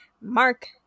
Mark